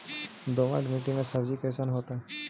दोमट मट्टी में सब्जी कैसन होतै?